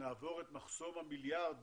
נעבור את מחסום המיליארד